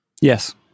Yes